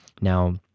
Now